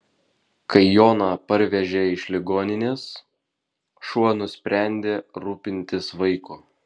kai joną parvežė iš ligoninės šuo nusprendė rūpintis vaiku